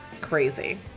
Crazy